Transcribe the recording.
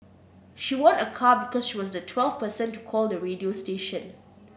she won a car because she was the twelfth person to call the radio station